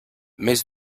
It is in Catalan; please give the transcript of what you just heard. més